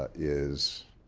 ah is